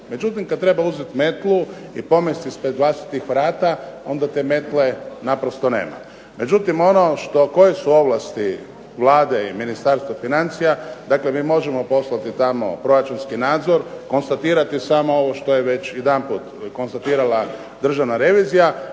Međutim, kada treba uzeti metlu i pomesti ispred vlastitih vrata, onda te metle naprosto nema. Međutim, ono koje su ovlasti Vlade i Ministarstva financija, mi možemo poslati tamo proračunski nadzor, konstatirati ovo što je već samo jedanput konstatirala Državna revizija,